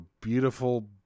beautiful